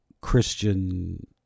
christian